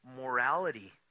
morality